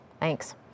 Thanks